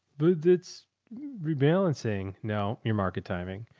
boom. it's rebalancing. no, your market timing,